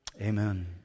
Amen